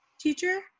teacher